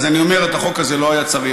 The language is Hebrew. אז אני אומר, את החוק הזה לא היה צריך.